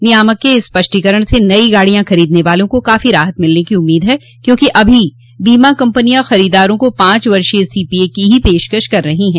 नियामक के इस स्पष्टीकरण से नई गाड़ियां खरीदने वालों को काफो राहत मिलने की उम्मीद है क्योंकि अभी बीमा कम्पनियां खरीदारों को पांच वर्षीय सीपीए की ही पेशकश कर रही हैं